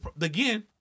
again